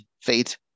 fate